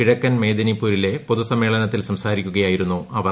കിഴക്കൻ മേദിനിപൂരിലെ പൊതുസമ്മേളനത്തിൽ സംസാരിക്കുകയായിരുന്നു അവർ